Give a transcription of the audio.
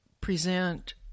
present